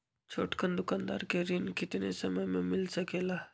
छोटकन दुकानदार के ऋण कितने समय मे मिल सकेला?